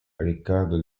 riccardo